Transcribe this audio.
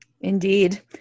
Indeed